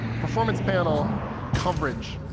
performance panel coverage,